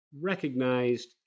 recognized